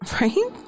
Right